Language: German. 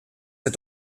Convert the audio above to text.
der